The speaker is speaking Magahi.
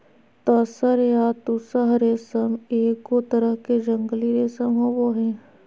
तसर या तुसह रेशम एगो तरह के जंगली रेशम होबो हइ